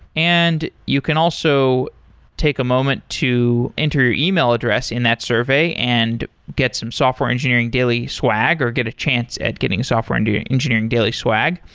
and you can also take a moment to enter your email address in that survey and get some software engineering daily swag or get a chance at getting software engineering engineering daily swag.